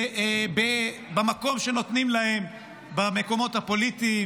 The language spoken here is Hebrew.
במקום שנותנים להם במקומות הפוליטיים,